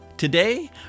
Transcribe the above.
Today